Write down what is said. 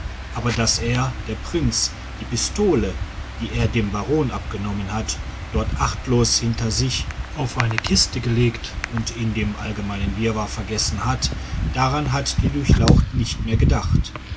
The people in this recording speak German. aber daß er der prinz die pistole die er dem baron abgenommen hat dort achtlos hinter sich auf eine kiste gelegt und in dem allgemeinen wirrwarr vergessen hat daran hat die durchlaucht nicht mehr gedacht